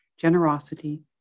generosity